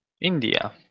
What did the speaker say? India